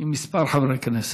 עם כמה חברי כנסת.